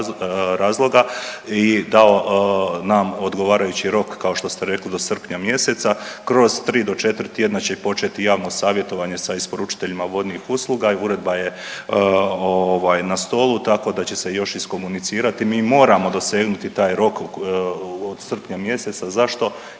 razloga i dao nam odgovarajući rok, kao što ste rekli, do srpnja mjeseca, kroz 3 do 4 tjedna će i početi i javno savjetovanje sa isporučiteljima vodnih usluga i uredba je ovaj, na stolu, tako da će se još iskomunicirati. Mi moramo dosegnuti taj rok od srpnja mjeseca. Zašto?